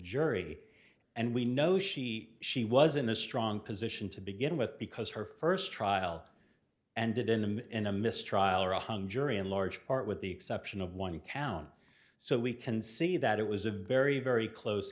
jury and we know she she was in a strong position to begin with because her first trial ended in them in a mistrial or a hung jury in large part with the exception of one count so we can see that it was a very very close